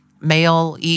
Male